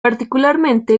particularmente